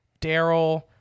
Daryl